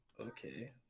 okay